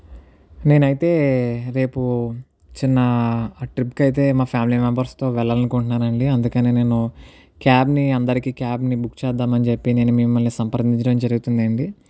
నేను అయితే రేపు చిన్న ట్రిప్కి అయితే మా ఫ్యామిలీ మెంబర్స్తో వెళ్ళాలని అనుకుంటున్నాను అండి అందుకనే నేను క్యాబ్ని అందరికీ క్యాబ్ని బుక్ చేద్దాము అని చెప్పి నేను మిమ్మల్ని సంప్రదించడం జరుగుతుంది అండి